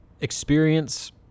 experience